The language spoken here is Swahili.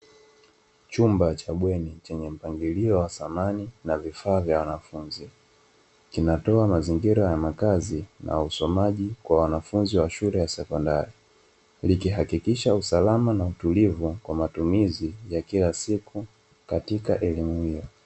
Chumba cha bweni chenye mpangilio wa samani na vifaa vya wanafunzi. Kinatoa mazingira ya makazi, na usomaji kwa wanafunzi wa shule ya sekondari, likihakikisha usalama na utulivu kwa matumizi ya kila siku katika elimu hiyo.